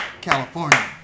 California